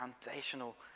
foundational